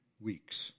weeks